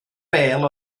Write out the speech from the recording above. bêl